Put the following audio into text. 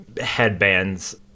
headbands